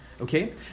Okay